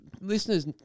Listeners